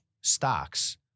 stocks